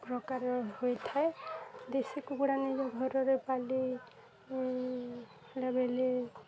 ପ୍ରକାର ହୋଇଥାଏ ଦେଶୀ କୁକୁଡ଼ା ନେଇ ଘରେ ପାଳିଲି ହେଲେ